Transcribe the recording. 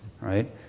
right